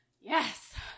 Yes